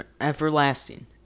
Everlasting